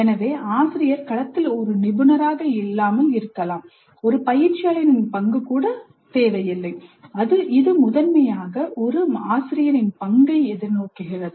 எனவே ஆசிரியர் களத்தில் ஒரு நிபுணராக இல்லாமல் இருக்கலாம் ஒரு பயிற்சியாளரின் பங்கு கூட தேவை இல்லை இது முதன்மையாக ஒரு ஆசிரியரை வழிகாட்டியாக எதிர்நோக்குகிறது